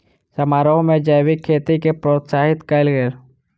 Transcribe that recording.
समारोह में जैविक खेती के प्रोत्साहित कयल गेल